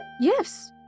Yes